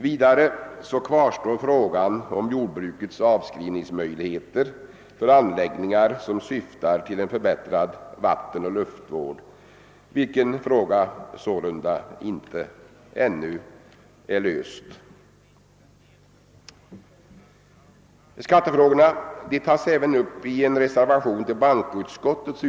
Vidare kvarstår frågan om jord brukets avskrivningsmöjligheter när det gäller anläggningar som syftar till förbättrad vattenoch luftvård. Skattefrågorna tas även upp i en reservation till bankoutskottets.